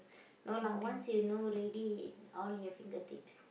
no lah once you know already all your fingertips